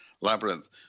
labyrinth